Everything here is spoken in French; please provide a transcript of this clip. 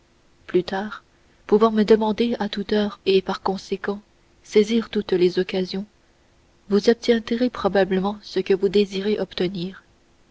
plus tard pouvant me demander à toute heure et par conséquent saisir toutes les occasions vous obtiendrez probablement ce que vous désirez obtenir